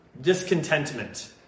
discontentment